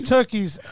Turkeys